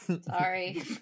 sorry